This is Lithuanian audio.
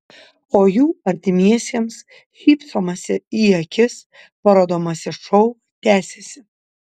o jų artimiesiems šypsomasi į akis parodomasis šou tęsiasi